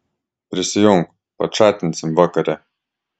prisijunk pačatinsim vakare